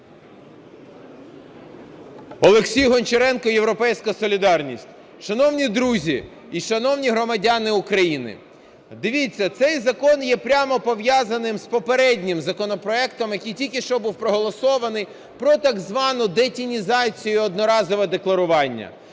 Олексій Гончаренко, "Європейська солідарність". Шановні друзі і шановні громадяни України, дивіться, цей закон є прямо пов'язаний з попереднім законопроектом, який тільки що був проголосований, про так звану детінізацію і одноразове декларування.